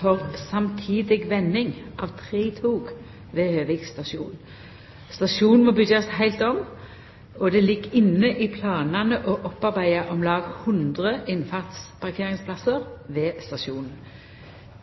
for samtidig vending av tre tog ved Høvik stasjon. Stasjonen må byggjast heilt om, og det ligg inne i planane å opparbeida om lag 100 innfartsparkeringsplassar ved stasjonen.